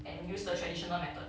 and use the traditional method